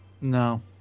No